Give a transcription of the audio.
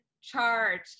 charge